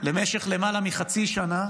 למשך למעלה מחצי שנה